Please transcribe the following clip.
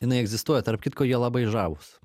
jinai egzistuoja tarp kitko jie labai žavūs